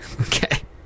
okay